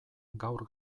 gaur